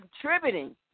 contributing